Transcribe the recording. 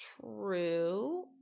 true